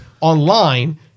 online